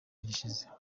gishize